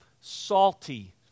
salty